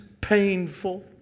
painful